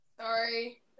Sorry